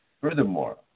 Furthermore